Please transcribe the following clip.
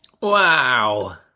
Wow